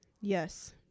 Yes